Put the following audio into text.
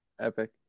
Epic